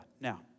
Now